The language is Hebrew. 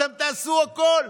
אתם תעשו הכול.